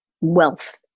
wealth